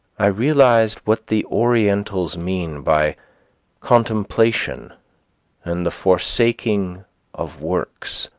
i realized what the orientals mean by contemplation and the forsaking of works.